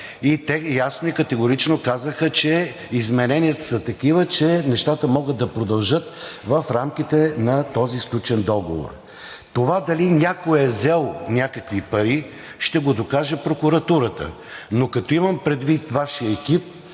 и те ясно и категорично казаха, че измененията са такива, че нещата могат да продължат в рамките на този сключен договор. Това дали някой е взел някакви пари, ще го докаже прокуратурата, но като имам предвид Вашия екип,